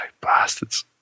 bastards